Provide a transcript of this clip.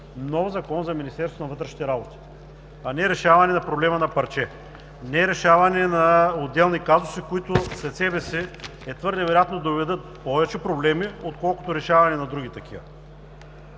работи, а не решаване на проблема на парче, не решаване на отделни казуси, които след себе си е твърде вероятно да доведат повече проблеми, отколкото решаване на други такива.